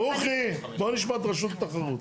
ברוכי, בוא נשמע את רשות התחרות.